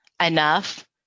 enough